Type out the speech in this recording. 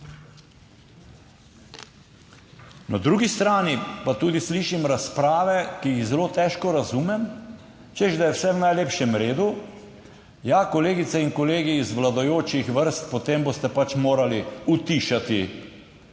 Na drugi strani pa tudi slišim razprave, ki jih zelo težko razumem, češ da je vse v najlepšem redu. Ja, kolegice in kolegi iz vladajočih vrst, potem boste pač morali utišati